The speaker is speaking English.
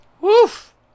Woof